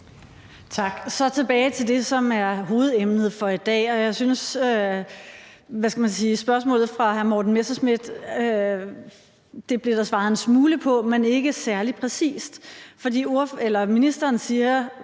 Tak. Så tilbage til det, som er hovedemnet for i dag. Jeg synes, at der på spørgsmålet fra Morten Messerschmidt blev svaret en smule, men ikke særlig præcist. Ministeren siger,